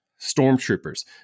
Stormtroopers